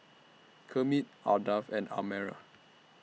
Kermit Ardath and Amare